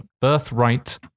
birthright